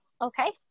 Okay